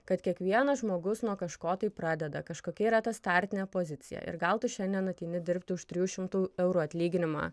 kad kiekvienas žmogus nuo kažko tai pradeda kažkokia yra ta startinė pozicija ir gal tu šiandien ateini dirbti už trijų šimtų eurų atlyginimą